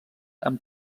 amb